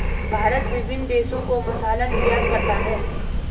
भारत विभिन्न देशों को मसाला निर्यात करता है